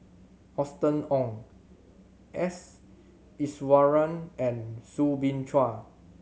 Austen Ong S Iswaran and Soo Bin Chua